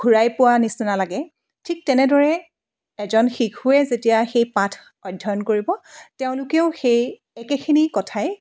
ঘূৰাই পোৱা নিচিনা লাগে ঠিক তেনেদৰে এজন শিশুৱে যেতিয়া সেই পাঠ অধ্যয়ন কৰিব তেওঁলোকেও সেই একেখিনি কথাই